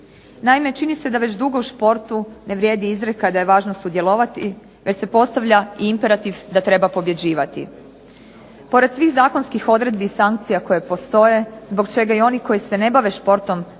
Naime, čini se da već dugo u športu ne vrijedi izreka da je važno sudjelovati već se postavlja i imperativ da treba pobjeđivati. Pored svih zakonskih odredbi i sankcija koje postoje zbog čega i oni koji se ne bave športom